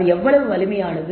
அது எவ்வளவு வலிமையானது